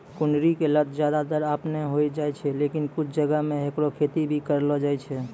कुनरी के लत ज्यादातर आपनै होय जाय छै, लेकिन कुछ जगह मॅ हैकरो खेती भी करलो जाय छै